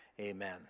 Amen